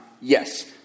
Yes